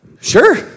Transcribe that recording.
sure